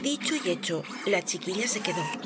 dicho y hecho la chiquilla se quedó